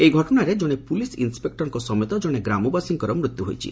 ଏହି ଘଟଣାରେ ଜଣେ ପୁଲିସ୍ ଇନ୍ନପେକ୍ରଙ୍କ ସମେତ ଜଣେ ଗ୍ରାମବାସୀଙ୍କର ମୃତ୍ୟୁ ହୋଇଛି